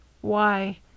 Why